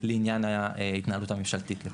לעניין ההתנהלות הממשלתית.